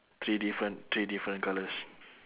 three different three different colours